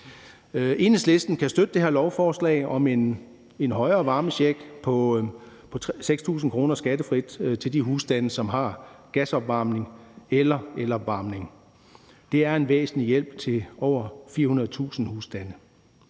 Enhedslisten kan støtte det her lovforslag om en højere varmecheck på 6.000 kr. skattefrit til de husstande, som har gasopvarmning eller elopvarmning. Det er en væsentlig hjælp til over 400.000 husstande.